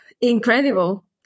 Incredible